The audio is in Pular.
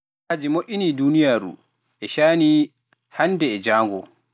-ji mo"inii duuniyaaru e caani hannde e jaango.